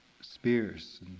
spears